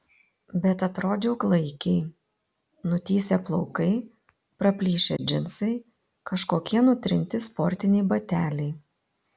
bet atrodžiau klaikiai nutįsę plaukai praplyšę džinsai kažkokie nutrinti sportiniai bateliai